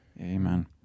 Amen